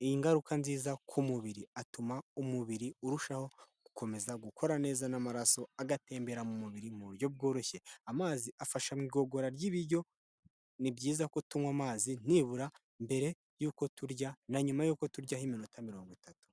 n'ingaruka nziza ku mubiri atuma umubiri urushaho gukomeza gukora neza n'amaraso agatembera mu mubiri mu buryo bworoshye, amazi afasha mu igogora ry'ibiryo, ni byiza ko tunywa amazi nibura mbere y'uko turya na nyuma y'uko turya ho iminota mirongo itatu.